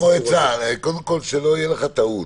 שזה שירותים ציבוריים,